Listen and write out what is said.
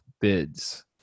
bids